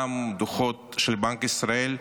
גם דוחות של בנק ישראל,